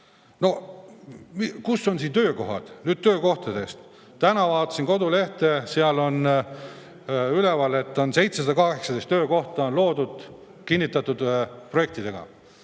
No kus on siin töökohad? Nüüd töökohtadest. Täna vaatasin [selle fondi] kodulehte, seal on üleval, et 718 töökohta on loodud kinnitatud projektidega.